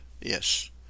yes